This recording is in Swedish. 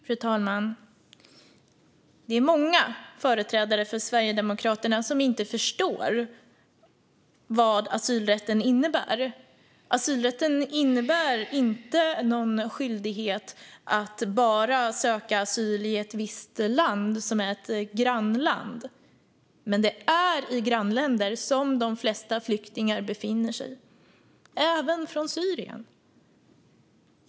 Fru talman! Det är många företrädare för Sverigedemokraterna som inte förstår vad asylrätten innebär. Den innebär inte en skyldighet att söka asyl i ett grannland, men det är i grannländer de flesta flyktingar befinner sig, även från Syrien.